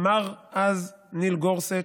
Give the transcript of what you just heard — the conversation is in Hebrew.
אמר אז ניל גורסץ':